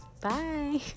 bye